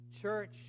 Church